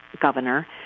governor